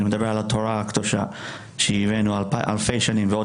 אני מדבר על התורה הקדושה שהיא עמנו אלפי שנים ועוד